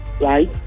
right